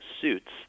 suits